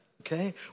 okay